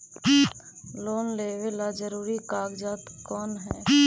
Loan लेब ला जरूरी कागजात कोन है?